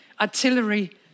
Artillery